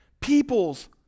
people's